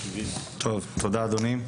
תודה אדוני.